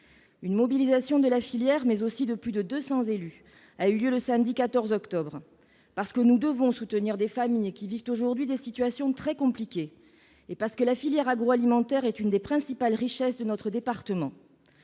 Une mobilisation de la filière mais aussi de plus de 200 élus a eu lieu le samedi 14 octobre. Parce que nous devons soutenir des familles qui vivent aujourd'hui des situations très compliquées, et parce que la filière agroalimentaire est une des principales richesses de notre département.